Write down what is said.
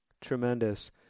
tremendous